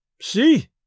See